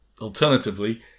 alternatively